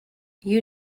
you